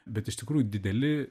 bet iš tikrųjų dideli